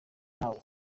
ntawe